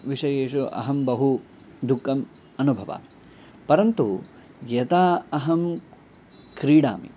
विषयेषु अहं बहु दुःखम् अनुभवामि परन्तु यदा अहं क्रीडामि